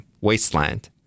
Wasteland